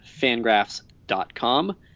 Fangraphs.com